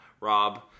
Rob